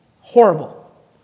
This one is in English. horrible